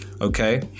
okay